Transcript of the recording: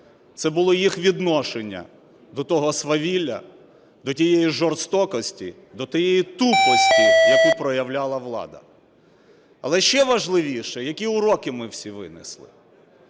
це було їх відношення до того свавілля, до тієї жорстокості, до тієї тупості, яку проявляла влада. Але ще важливіше, які уроки ми всі винесли.